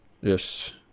Yes